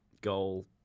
goal